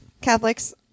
Catholics